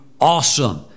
awesome